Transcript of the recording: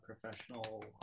professional